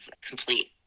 complete